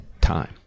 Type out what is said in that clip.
time